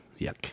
Yuck